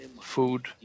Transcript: food